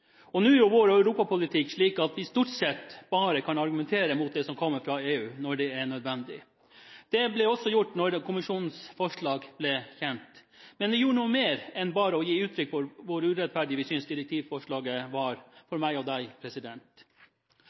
Nå er jo vår europapolitikk slik at vi stort sett bare kan argumentere mot det som kommer fra EU når det er nødvendig. Det ble også gjort da kommisjonens forslag ble kjent, men vi gjorde noe mer enn bare å gi uttrykk for hvor urettferdig vi syntes direktivforslaget var for meg og